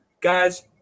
Guys